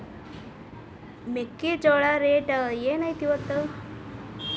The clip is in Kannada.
ಮೆಕ್ಕಿಜೋಳ ರೇಟ್ ಏನ್ ಐತ್ರೇ ಇಪ್ಪತ್ತು?